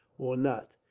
or not,